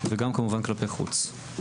וגם כמובן כלפי חוץ.